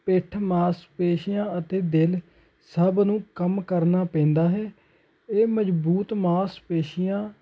ਪਿੱਠ ਮਾਸਪੇਸ਼ੀਆਂ ਅਤੇ ਦਿਲ ਸਭ ਨੂੰ ਕੰਮ ਕਰਨਾ ਪੈਂਦਾ ਹੈ ਇਹ ਮਜ਼ਬੂਤ ਮਾਸਪੇਸ਼ੀਆਂ